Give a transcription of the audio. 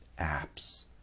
Apps